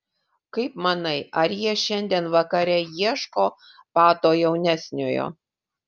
kaip manai ar jie šiandien vakare ieško pato jaunesniojo